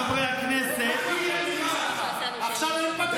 חברי הכנסת עכשיו אין פגרה.